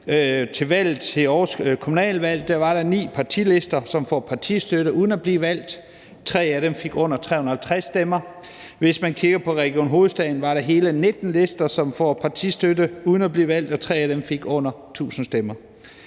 i Aarhus, så var der 9 partilister, som fik partistøtte uden at blive valgt. Tre af dem fik under 350 stemmer. Hvis man kigger på Region Hovedstaden, var der hele 19 lister, som fik partistøtte uden at blive valgt, og 3 af dem fik under 1.000 stemmer.